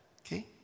Okay